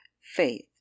faith